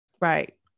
right